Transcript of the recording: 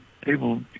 people